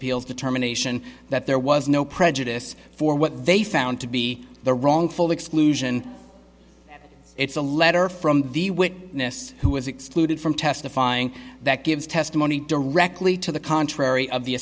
appeals determination that there was no prejudice for what they found to be the wrongful exclusion it's a letter from the witness who was excluded from testifying that gives testimony directly to the contrary